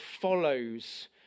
follows